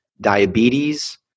diabetes